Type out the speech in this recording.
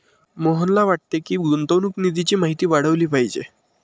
मोहनला वाटते की, गुंतवणूक निधीची माहिती वाढवली पाहिजे